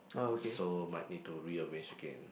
so might need to rearrange again